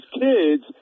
kids